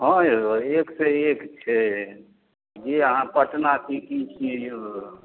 हँ यौ एक सँ एक छै जे अहाँ पटना सिटी छियै यौ